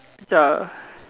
ya